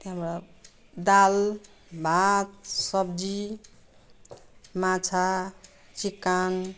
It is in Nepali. त्यहाँबाट दाल भात सब्जी माछा चिकन